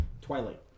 Twilight